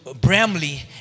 Bramley